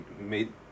made